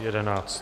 11.